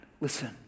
Listen